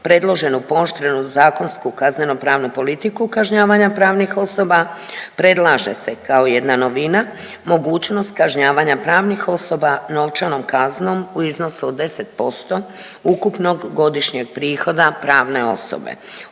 predloženu pooštrenu zakonsku kaznenopravnu politiku kažnjavanja pravnih osoba, predlaže se kao jedna novina mogućnost kažnjavanja pravnih osoba novčanom kaznom u iznosu od 10% ukupnog godišnjeg prihoda pravne osobe